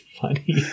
funny